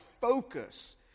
focus